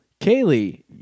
Kaylee